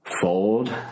Fold